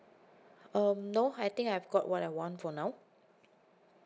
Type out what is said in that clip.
um no I think I've got what I want for now